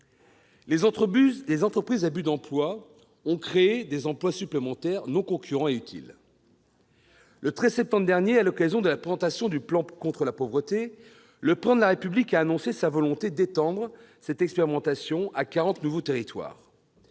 Les entreprises à but d'emploi ont créé des emplois supplémentaires non concurrents et utiles. Le 13 septembre dernier, à l'occasion de la présentation du plan contre la pauvreté, le Président de la République a annoncé sa volonté d'étendre cette expérimentation à quarante nouveaux territoires.